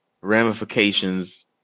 ramifications